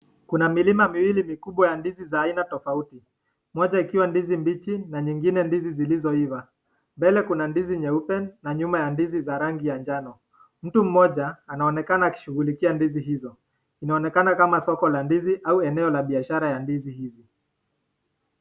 Kuna milima miwili mikubwa ya ndizi za aina tofauti, moja ikiwa ndizi mbichi na nyingine ndizi zilizoiva, mbele kuna ndizi nyeupe nyuma ya ndizi za rangi ya njano, mtu mmoja anaonekana akishughulikia ndizi hizo, inaonekana kama soko la ndizi au eneo la biashara za ndizi hizi.